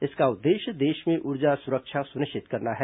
इसका उद्देश्य देश में ऊर्जा सुरक्षा सुनिश्चित करना है